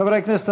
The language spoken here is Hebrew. חברי הכנסת,